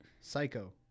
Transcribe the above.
Psycho